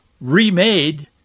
remade